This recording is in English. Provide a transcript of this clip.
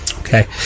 Okay